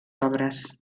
obres